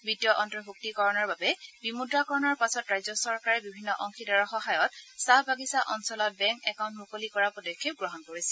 বিত্তীয় অন্তৰ্ভূক্তিকৰণৰ বাবে বিমুদ্ৰাকৰণৰ পাছত ৰাজ্য চৰকাৰে বিভিন্ন অংশীদাৰৰ সহায়ত চাহ বাগিচা অঞ্চলত বেংক একাউণ্ট মুকলি কৰাৰ পদক্ষেপ গ্ৰহণ কৰিছিল